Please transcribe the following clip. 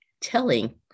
telling